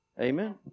Amen